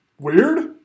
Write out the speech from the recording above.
weird